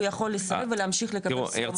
הוא יכול לסרב ולהמשיך לקבל סיוע מוגדל.